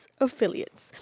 affiliates